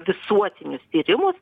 visuotinius tyrimus